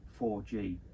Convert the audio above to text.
4g